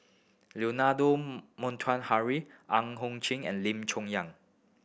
Leonard Montague Harrod Ang Hiong Chiok and Lim Chong Yah